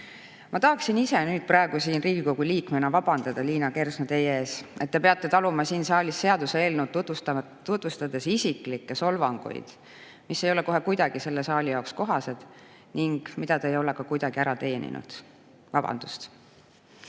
Ma tahaksin ise nüüd praegu siin Riigikogu liikmena vabandada, Liina Kersna, teie ees, et te peate taluma siin saalis seaduseelnõu tutvustades isiklikke solvanguid, mis ei ole kohe kuidagi selle saali jaoks kohased ning mida te ei ole kuidagi ära teeninud. Vabandust! Aga